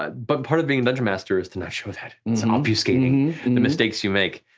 ah but part of being dungeon master is to not show that, it's and obfuscating and the mistakes you make.